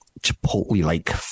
Chipotle-like